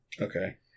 Okay